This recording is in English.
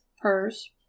purse